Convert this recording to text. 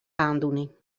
aandoening